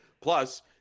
Plus